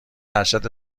ارشد